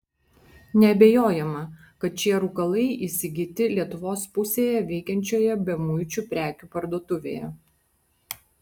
neabejojama kad šie rūkalai įsigyti lietuvos pusėje veikiančioje bemuičių prekių parduotuvėje